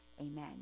Amen